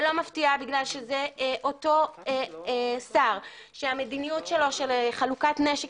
לא מפתיעה בגלל שזה אותו שר שהמדיניות שלו של חלוקת נשק